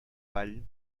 vall